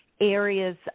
areas